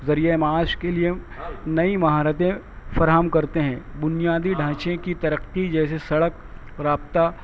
ذریعہ معاش کے لیے نئی مہارتیں فراہم کرتے ہیں بنیادی ڈھانچے کی ترقی جیسے سڑک رابطہ